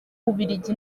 bubiligi